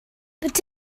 but